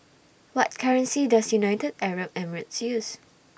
What currency Does United Arab Emirates use